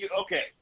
okay